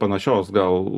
panašios gal